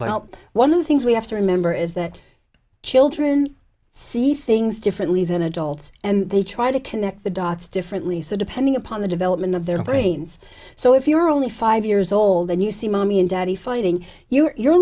well one of the things we have to remember is that children see things differently than adults and they try to connect the dots differently so depending upon the development of their brains so if you are only five years old and you see mommy and daddy fighting you